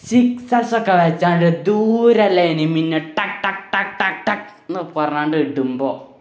സിക്സക്കെ കളിച്ചാ ദുരോള്ള എനിമീനെ ടക് ടക് ടക് ടക് ടക്കെന്ന് പറഞ്ഞു കൊണ്ട് ഇടുമ്പോൾ